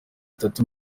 bitatu